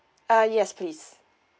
uh yes please